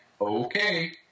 okay